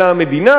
אלא המדינה,